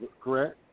correct